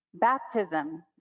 Baptism